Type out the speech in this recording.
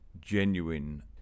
genuine